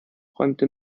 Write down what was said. räumte